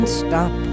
stop